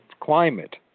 climate